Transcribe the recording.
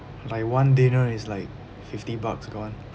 like one dinner is like fifty bucks gone